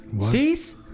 Cease